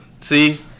See